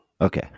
Okay